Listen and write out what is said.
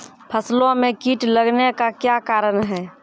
फसलो मे कीट लगने का क्या कारण है?